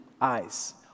eyes